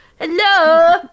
hello